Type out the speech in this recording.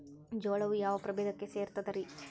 ಜೋಳವು ಯಾವ ಪ್ರಭೇದಕ್ಕ ಸೇರ್ತದ ರೇ?